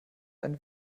ein